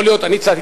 אני הצעתי,